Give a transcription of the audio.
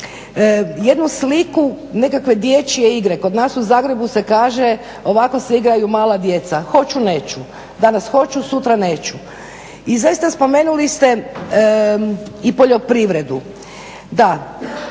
jednu sliku nekakve dječje igre. Kod nas u Zagrebu se kaže ovako se igraju mala djeca, hoću-neću. Danas hoću sutra neću. I zaista spomenuli ste i poljoprivredu,